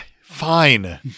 Fine